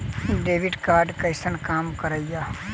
Debit card कैसन काम करेया?